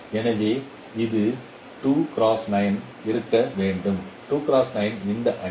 எனவே அது இருக்க வேண்டும் இந்த அணி